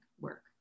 work